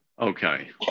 Okay